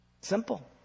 Simple